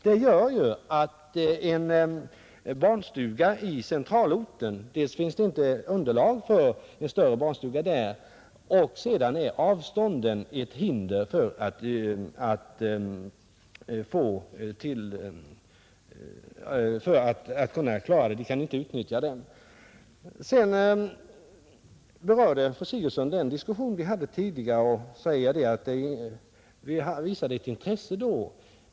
Detta gör att det inte finns underlag för en större barnstuga i centralorten, och avstånden är ett hinder för dem som bor i småorterna att utnyttja barnstugan. Slutligen berörde fru Sigurdsen också den diskussion som vi tidigare fört i dessa frågor och sade att det då inte hade visats något intresse för denna sak.